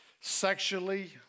sexually